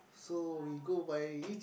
so we go by each